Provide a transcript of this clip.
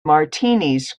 martinis